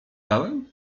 dałem